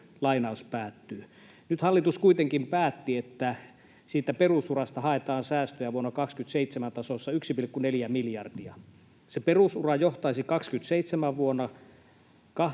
Nyt hallitus kuitenkin päätti, että siitä perusurasta haetaan säästöjä vuoden 27 tasosta 1,4 miljardia. Se perusura johtaisi 28,3 miljardiin